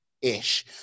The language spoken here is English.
ish